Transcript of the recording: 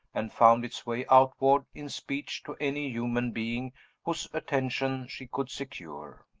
and found its way outward in speech to any human being whose attention she could secure.